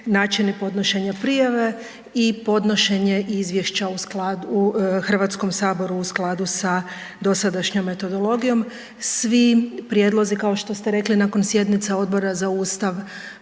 načini podnošenja prijave i podnošenje izvješća Hrvatskom saboru u skladu sa dosadašnjom metodologijom. Svi prijedlozi kao što ste rekli, nakon sjednica Odbora za Ustav